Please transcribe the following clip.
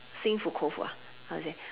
心服口服 ah how to say